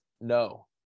No